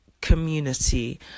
community